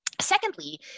Secondly